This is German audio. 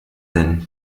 denn